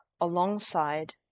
alongside